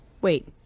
Wait